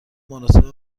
مناسب